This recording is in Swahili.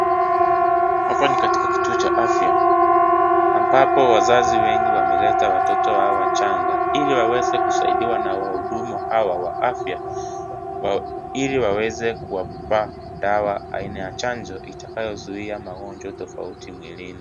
Hapa ni katika kituo cha afya ambapo wazazi wengi wameleta watoto wao wachanga ili waweze kusidiwa na wahudumu hawa wa afya ili waweze kuwapa dawa aina ya chanjo utakayozuia magonjwa tofauti mwilini.